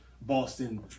Boston